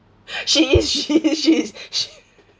she is she is she is she